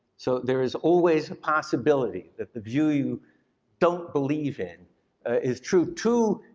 so there is always a possibility that the view you don't believe in is true. two,